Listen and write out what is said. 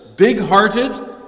big-hearted